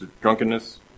drunkenness